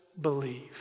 believe